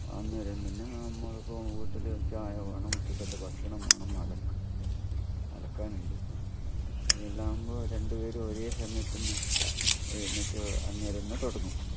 അന്നേരം തന്നെ നമ്മളിപ്പം വീട്ടിൽ ചായ വേണം ഉച്ചക്കേത്തേക്ക് ഭക്ഷണം വേണം അലക്ക് അലക്കാനുണ്ട് ഇതെല്ലാം ആകുമ്പോൾ രണ്ട് പേരും ഒരേ സമയത്ത് തന്നെ എഴുന്നേറ്റ് അന്നേരം തന്നെ തുടങ്ങും